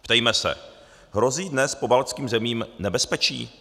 Ptejme se: Hrozí dnes pobaltským zemím nebezpečí?